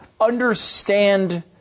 understand